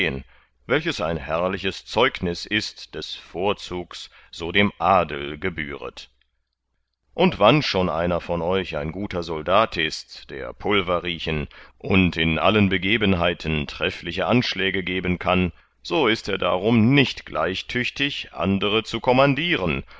welches ein herrlich zeugnüs ist des vorzugs so dem adel gebühret und wann schon einer von euch ein guter soldat ist der pulver riechen und in allen begebenheiten treffliche anschläge geben kann so ist er darum nicht gleich tüchtig andere zu kommandieren